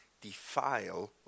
defile